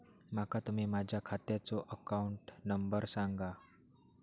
माका तुम्ही माझ्या खात्याचो अकाउंट नंबर सांगा?